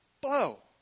blow